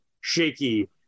shaky